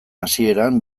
hasieran